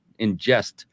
ingest